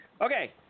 Okay